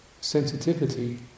sensitivity